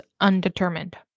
undetermined